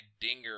dinger